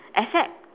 except